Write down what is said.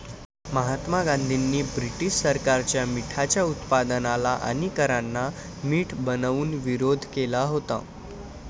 महात्मा गांधींनी ब्रिटीश सरकारच्या मिठाच्या उत्पादनाला आणि करांना मीठ बनवून विरोध केला होता